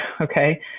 Okay